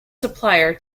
supplier